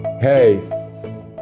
Hey